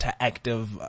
interactive